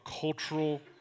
cultural